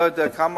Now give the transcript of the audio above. אני לא יודע כמה,